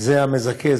זה הגיל המזכה,